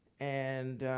and